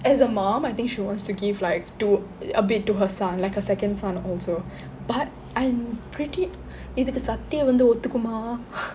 as a mum I think she wants to give like to a bit to her son like a second son also but I'm pretty இதுக்கு சத்யா வந்து ஒத்துக்குமா:ithukku sathya vanthu otthukkuma